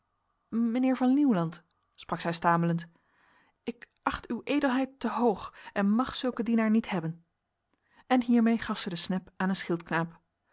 mijnheer van nieuwland sprak zij stamelend ik acht uw edelheid te hoog en mag zulke dienaar niet hebben en hiermee gaf zij de snep aan een